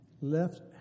left